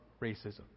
racism